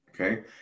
Okay